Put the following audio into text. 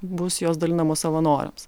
bus jos dalinamos savanoriams